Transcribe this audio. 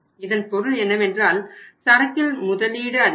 இதன் பொருள் என்னவென்றால் சரக்கில் முதலீடு அதிகரிக்கும்